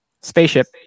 Spaceship